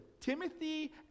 Timothy